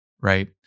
Right